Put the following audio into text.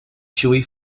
chewy